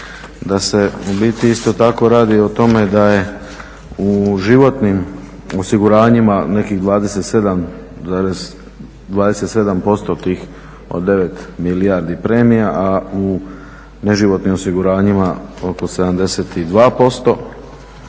da se u biti isto tako radi o tome da je u životnim osiguranjima nekih 27% tih od 9 milijardi premija, a u neživotnim osiguranjima oko 72%